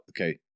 Okay